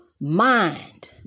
mind